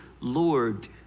Lord